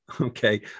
Okay